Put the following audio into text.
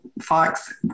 fox